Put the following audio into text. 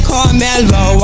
Carmelo